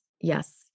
Yes